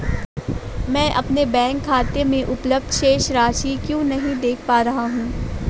मैं अपने बैंक खाते में उपलब्ध शेष राशि क्यो नहीं देख पा रहा हूँ?